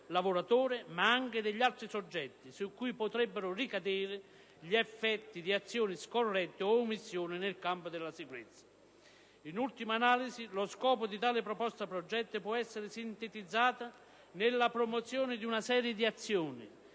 ma anche degli altri soggetti su cui potrebbero ricadere gli effetti di azioni scorrette o omissioni nel campo della sicurezza. In ultima analisi, lo scopo di tale proposta-progetto può essere sintetizzato nella promozione di una serie di azioni